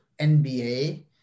nba